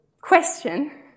question